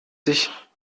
sich